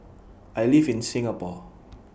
I live in Singapore